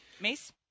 Mace